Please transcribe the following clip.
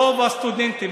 רוב הסטודנטים,